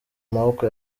maboko